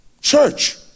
church